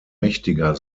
mächtiger